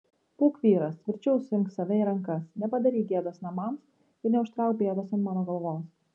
būk vyras tvirčiau suimk save į rankas nepadaryk gėdos namams ir neužtrauk bėdos ant mano galvos